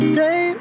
day